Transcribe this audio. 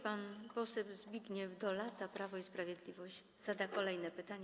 Pan poseł Zbigniew Dolata, Prawo i Sprawiedliwość, zada kolejne pytanie.